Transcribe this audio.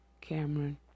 Cameron